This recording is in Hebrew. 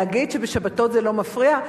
להגיד שבשבתות זה לא מפריע?